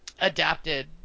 Adapted